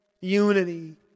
unity